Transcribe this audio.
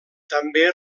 també